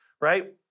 right